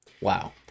Wow